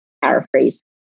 paraphrase